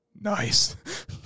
Nice